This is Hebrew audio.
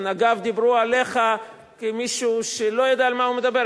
אגב, דיברו עליך כמישהו שלא יודע על מה הוא מדבר.